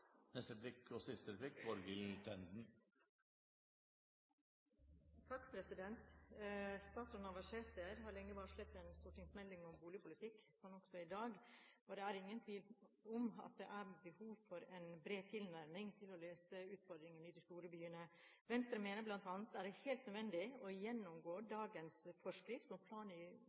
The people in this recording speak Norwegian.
Statsråd Navarsete har lenge varslet en stortingsmelding om boligpolitikk, så også i dag, og det er ingen tvil om at det er behov for en bred tilnærming for å løse utfordringene i de store byene. Venstre mener bl.a. at det er helt nødvendig å gjennomgå dagens forskrift i plan-